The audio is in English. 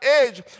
age